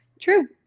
True